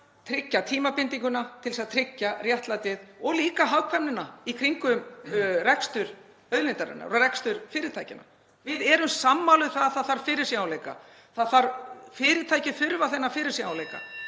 tryggja tímabindinguna til þess að tryggja réttlætið og líka hagkvæmnina í kringum rekstur auðlindarinnar og rekstur fyrirtækjanna. Við erum sammála um að það þurfi fyrirsjáanleika, fyrirtæki þurfa þennan fyrirsjáanleika.